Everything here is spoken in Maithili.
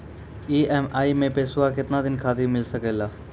ई.एम.आई मैं पैसवा केतना दिन खातिर मिल सके ला?